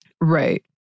Right